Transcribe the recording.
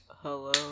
Hello